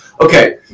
Okay